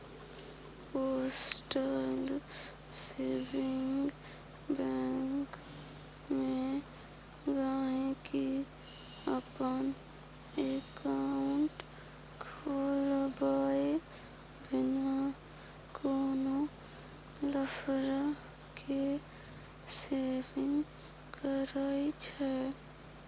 postal saving bank मे गांहिकी अपन एकांउट खोलबाए बिना कोनो लफड़ा केँ सेविंग करय छै